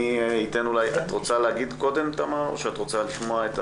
את רוצה להגיד קודם, תמר, או שאת רוצה לשמוע?